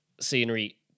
scenery